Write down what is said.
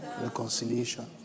reconciliation